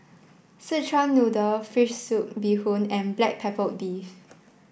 Szechuan Noodle Fish Soup Bee Hoon and Black Pepper Beef